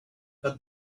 what